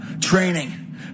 training